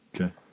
Okay